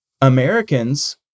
Americans